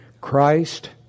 Christ